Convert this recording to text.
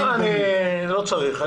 לא צריך.